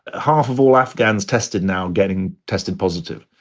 half of all afghans tested now getting tested positive.